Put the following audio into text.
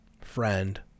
friend